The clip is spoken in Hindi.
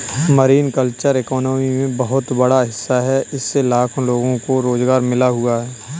मरीन कल्चर इकॉनमी में बहुत बड़ा हिस्सा है इससे लाखों लोगों को रोज़गार मिल हुआ है